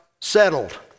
settled